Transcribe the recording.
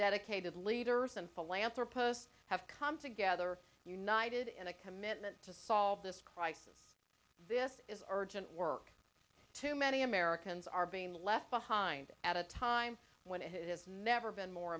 dedicated leaders and philanthropist have come together united in a commitment to solve this crisis this is origin work too many americans are being left behind at a time when it has never